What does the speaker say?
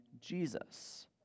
Jesus